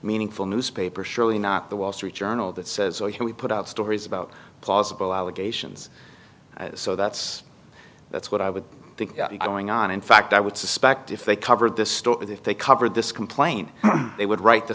meaningful newspaper surely not the wall street journal that says we put out stories about plausible allegations so that's that's what i would think going on in fact i would suspect if they covered this story if they covered this complaint they would write the